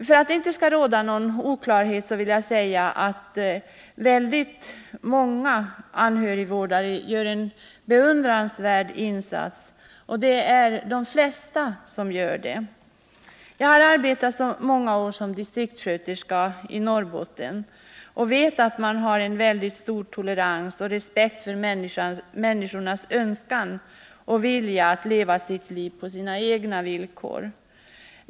För att det inte skall råda någon oklarhet vill jag säga att väldigt många anhörigvårdare gör en beundransvärd insats. Det är de flesta som gör det. Jag har arbetat många år som distriktssköterska i Norrbotten och vet att man har stor tolerans och respekt för människors önskan att leva sitt liv på sina egna villkor.